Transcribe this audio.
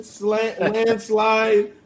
landslide